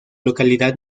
localidad